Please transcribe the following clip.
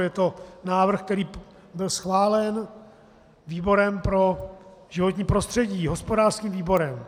Je to návrh, který byl schválen výborem pro životní prostředí, hospodářským výborem.